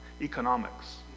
economics